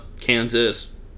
Kansas